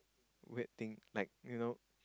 weird thing like you know